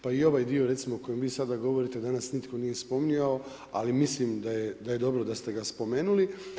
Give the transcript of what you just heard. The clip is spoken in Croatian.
Pa i ovaj dio recimo, koji vi sada govorite, danas nitko nije spominjao, ali mislim da je dobro da ste ga spomenuli.